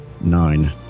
Nine